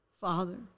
Father